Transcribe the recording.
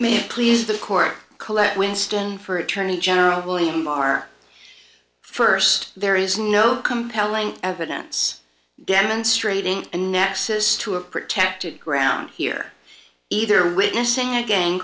may please the court collect winston for attorney general william r first there is no compelling evidence demonstrating a nexus to a protected ground here either witnessing a gang